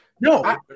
No